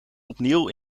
opnieuw